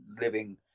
living